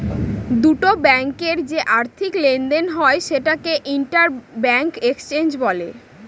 দুটো ব্যাঙ্কে যে আর্থিক লেনদেন হয় সেটাকে ইন্টার ব্যাঙ্ক এক্সচেঞ্জ বলে